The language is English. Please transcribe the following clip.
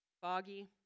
Foggy